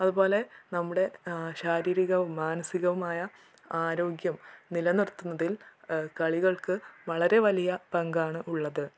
അതുപോലെ നമ്മുടെ ശാരീരികവും മാനസികവുമായ ആരോഗ്യം നിലനിർത്തുന്നതിൽ കളികൾക്ക് വളരെ വലിയ പങ്കാണ് ഉള്ളത്